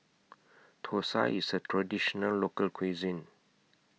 Thosai IS A Traditional Local Cuisine